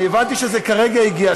הבנתי שזה כרגע הגיע,